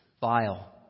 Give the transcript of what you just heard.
vile